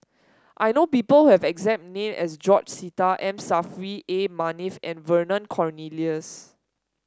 I know people who have the exact name as George Sita M Saffri A Manaf and Vernon Cornelius